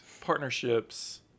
partnerships